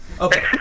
Okay